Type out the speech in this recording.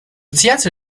theater